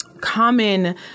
common